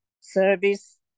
service